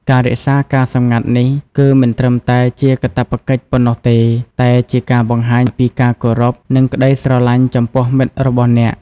ការរក្សាការសម្ងាត់នេះគឺមិនត្រឹមតែជាកាតព្វកិច្ចប៉ុណ្ណោះទេ តែជាការបង្ហាញពីការគោរព និងក្តីស្រឡាញ់ចំពោះមិត្តរបស់អ្នក។